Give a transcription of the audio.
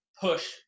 push